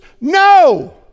no